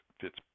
fits